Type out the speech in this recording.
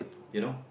you know